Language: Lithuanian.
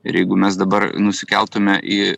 ir jeigu mes dabar nusikeltume į